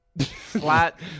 flat